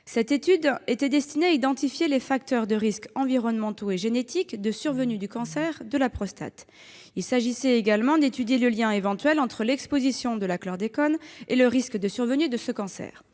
Cette étude était destinée à identifier les facteurs de risques environnementaux et génétiques de survenue du cancer de la prostate. Il s'agissait également d'étudier le lien éventuel entre l'exposition à la chlordécone et le risque de survenue de ce cancer.